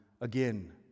again